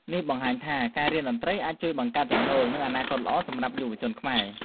នេះបង្ហាញថា ការរៀនតន្ត្រីអាចជួយបង្កើតចំណូល និងអនាគតល្អសម្រាប់យុវជនខ្មែរ។